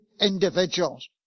individuals